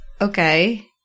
okay